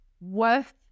worth